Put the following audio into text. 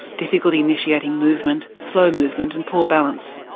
difficulty initiating movement, slow movement and poor balance.